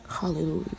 Hallelujah